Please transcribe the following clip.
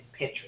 Pinterest